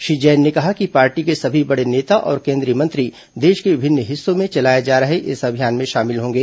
श्री जैन ने कहा कि पार्टी के सभी बड़े नेता और केन्द्रीय मंत्री देश के विभिन्न हिस्सों में चलाए जा रहे इस अभियान में शामिल होंगे